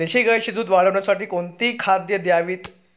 देशी गाईचे दूध वाढवण्यासाठी कोणती खाद्ये द्यावीत?